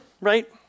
right